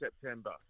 September